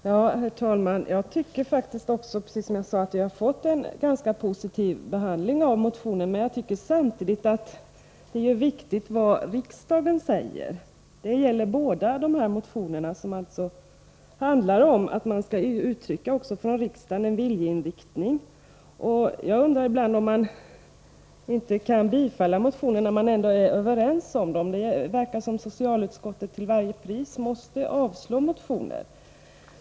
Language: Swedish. Herr talman! Jag tycker faktiskt, precis som jag sade tidigare, att vi har fått en ganska positiv behandling av motionen, men samtidigt anser jag att det är viktigt vad riksdagen säger. Båda vpk-motionerna handlar om att också riksdagen skall uttrycka en viljeinriktning. Jag undrar ibland varför utskottet inte kan tillstyrka motioner när man ändå är överens. Det verkar som om socialutskottet till varje pris måste avstyrka motioner.